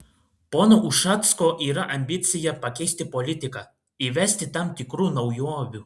pono ušacko yra ambicija pakeisti politiką įvesti tam tikrų naujovių